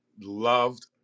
loved